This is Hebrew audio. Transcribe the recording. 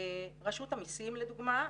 רשות המיסים, לדוגמא.